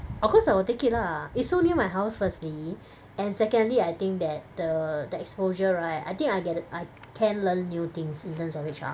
of course I will take it lah it's so near my house firstly and secondly I think that the the exposure right I think I get it I can learn new things in terms of H_R